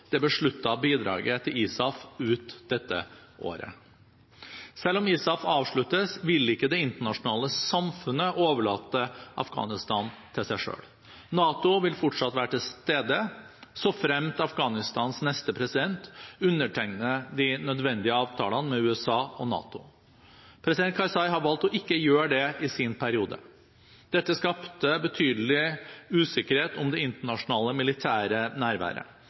det besluttede bidraget til ISAF ut dette året. Selv om ISAF avsluttes, vil ikke det internasjonale samfunnet overlate Afghanistan til seg selv. NATO vil fortsatt være til stede – såfremt Afghanistans neste president undertegner de nødvendige avtalene med USA og NATO. President Karzai har valgt ikke å gjøre dette i sin periode. Dette skapte betydelig usikkerhet om det internasjonale militære nærværet.